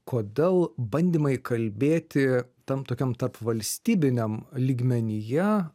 kodėl bandymai kalbėti tam tokiam tarpvalstybiniam lygmenyje